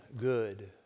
good